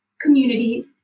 community